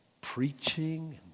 preaching